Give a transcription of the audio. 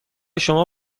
شما